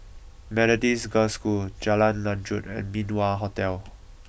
Methodist Girls' School Jalan Lanjut and Min Wah Hotel